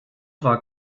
war